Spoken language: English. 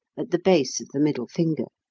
at the base of the middle finger.